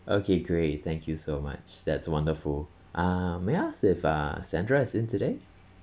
okay great thank you so much that's wonderful uh may I ask if uh sandra is in today